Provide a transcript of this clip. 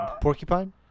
Porcupine